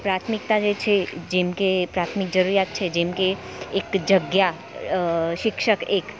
પ્રાથમિકતા જે છે જેમકે પ્રાથમિક જરૂરિયાત છે જેમકે એક જગ્યા શિક્ષક એક